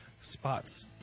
spots